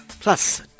plus